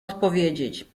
odpowiedzieć